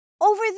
Over